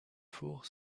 four